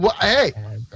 Hey